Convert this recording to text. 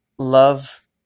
Love